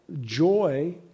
joy